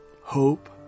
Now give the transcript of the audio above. Hope